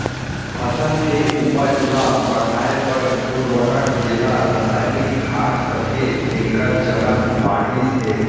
फसल के उपज ल बढ़ाए बर उरवरक जेला रसायनिक खाद कथें तेकर चलन बाढ़िस हे